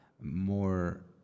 more